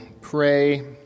pray